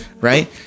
right